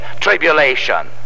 tribulation